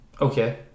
Okay